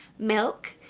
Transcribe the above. milk,